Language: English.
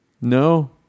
No